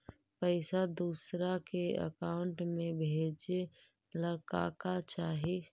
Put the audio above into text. पैसा दूसरा के अकाउंट में भेजे ला का का चाही?